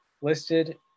listed